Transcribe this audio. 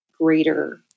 greater